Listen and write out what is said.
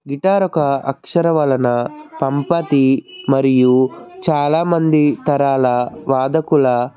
guitar ఒక అక్షర వలన పంపతి మరియు చాలామంది తరాల వాదకుల